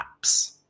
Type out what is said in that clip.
apps